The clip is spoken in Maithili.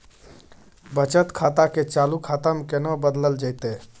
बचत खाता के चालू खाता में केना बदलल जेतै?